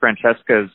Francesca's